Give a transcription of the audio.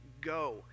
go